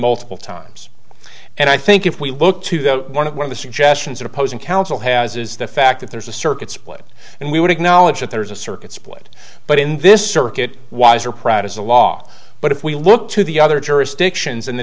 multiple times and i think if we look to the one of one of the suggestions opposing counsel has is the fact that there's a circuit split and we would acknowledge that there's a circuit split but in this circuit wise are proud of the law but if we look to the other jurisdictions in the